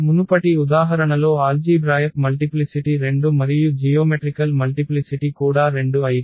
మునుపటి ఉదాహరణలో algebraic multiplicity 2 మరియు జియోమెట్రికల్ మల్టిప్లిసిటి కూడా 2 అయితే